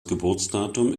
geburtsdatum